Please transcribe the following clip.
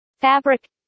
fabric